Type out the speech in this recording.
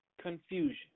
confusion